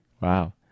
Wow